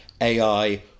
AI